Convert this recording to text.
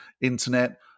internet